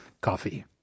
Coffee